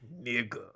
nigga